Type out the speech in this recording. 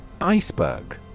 Iceberg